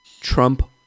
Trump